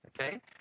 okay